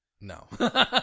No